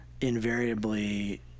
invariably